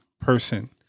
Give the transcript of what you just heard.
person